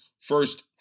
first